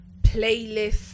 playlist